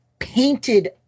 painted